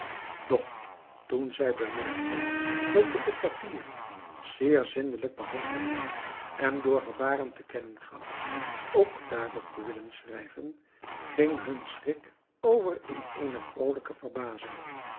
doch toen zij bemerkten dat ik het papier zeer zindelijk behandelde en door gebaren te kennen gaf ook daarop te willen schrijven ging hun schrik over in eene vrolijke verbazing